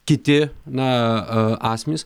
kiti na a asmenys